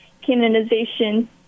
canonization